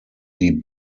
die